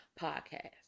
podcast